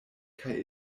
kaj